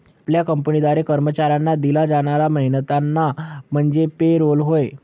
आपल्या कंपनीद्वारे कर्मचाऱ्यांना दिला जाणारा मेहनताना म्हणजे पे रोल होय